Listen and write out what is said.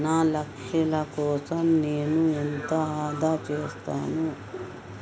నా లక్ష్యాల కోసం నేను ఎంత ఆదా చేస్తాను?